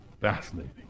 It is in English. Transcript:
fascinating